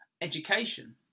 education